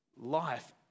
life